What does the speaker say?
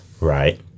right